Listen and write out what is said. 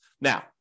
Now